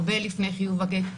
הרבה לפני חיוב הגט.